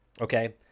okay